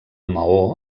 maó